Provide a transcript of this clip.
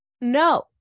no